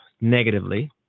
negatively